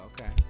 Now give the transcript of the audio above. okay